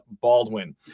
Baldwin